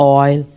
oil